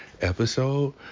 episode